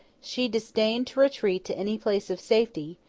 she disdained to retreat to any place of safety,